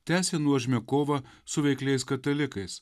tęsė nuožmią kovą su veikliais katalikais